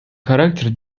характер